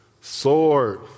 Sword